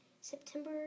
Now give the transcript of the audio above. September